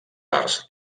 arts